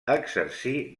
exercí